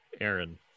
Aaron